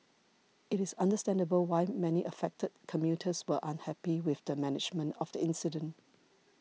it is understandable why many affected commuters were unhappy with the management of the incident